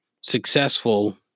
successful